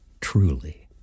Truly